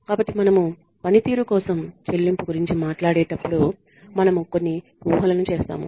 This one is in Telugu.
కాబట్టి మనము పనితీరు కోసం చెల్లింపు గురించి మాట్లాడేటప్పుడు మనము కొన్ని ఊహలను చేస్తాము